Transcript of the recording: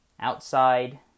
outside